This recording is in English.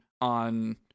on